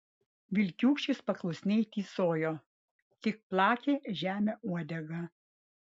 vilkiūkštis paklusniai tysojo tik plakė žemę uodegą